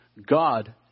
God